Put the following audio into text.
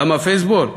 למה פייסבול?